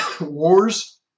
Wars